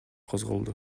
козголду